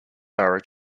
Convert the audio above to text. borough